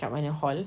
kat mana hall